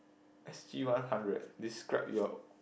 S_G one hundred describe your